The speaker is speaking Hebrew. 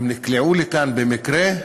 הם נקלעו לכאן במקרה?